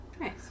Nice